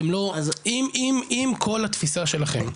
אם כל התפיסה שלכם,